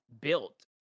built